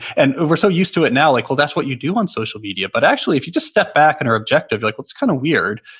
and we're so used to it now like, well, that's what you do on social media, but actually, if you just step back and are objective, like that's kind of weird.